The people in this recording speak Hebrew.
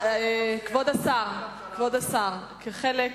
כבוד השר, כחלק